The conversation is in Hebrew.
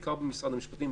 בעיקר במשרד המשפטים,